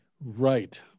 right